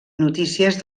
notícies